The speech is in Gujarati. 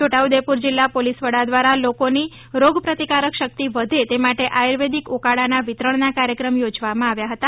છોટાઉદેપુર જિલ્લા પોલીસ વડા દ્વારા લોકોની રોગ પ્રતિકારક શક્તિ વધે તે માટે આયુર્વેદિક ઉકાળાના વિતરણના કાર્યક્રમ યોજવામાં આવ્યા હતા